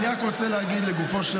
רוצה להגיד לגופו של